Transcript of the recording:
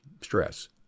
Stress